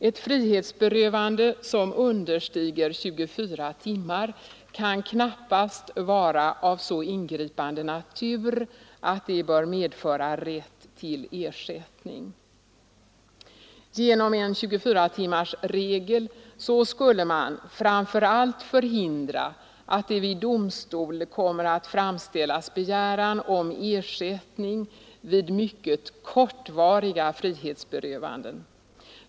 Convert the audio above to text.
Ett frihetsberövande som understiger 24 timmar kan knappast vara av så ingripande natur att det bör medföra rätt till ersättning. Genom en 24-timmarsregel skulle man framför allt förhindra att det vid domstol kommer att framställas begäran om ersättning vid mycket kortvariga frihetsberövanden.